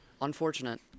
Unfortunate